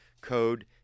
code